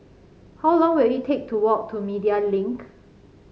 how long will it take to walk to Media Link